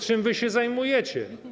Czym wy się zajmujecie?